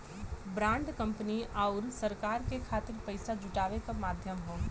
bond company आउर सरकार के खातिर पइसा जुटावे क माध्यम हौ